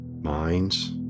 minds